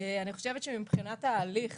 אני חושבת שמבחינת ההליך